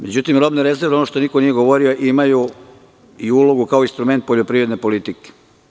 Međutim, robne rezerve, ono što niko nije govorio, imaju i ulogu kao instrument poljoprivredne politike.